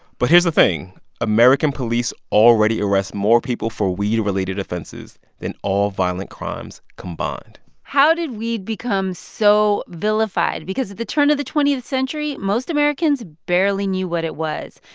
but here's the thing american police already arrest more people for weed-related offenses than all violent crimes combined how did weed become so vilified? because at the turn of the twentieth century, most americans barely knew what it was.